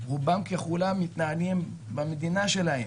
רובם ככולם, מתנהלים במדינה שלהם.